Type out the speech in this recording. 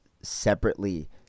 separately